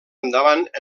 endavant